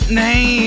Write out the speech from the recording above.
name